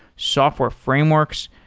software frameworks,